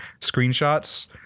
screenshots